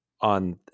on